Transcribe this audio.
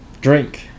drink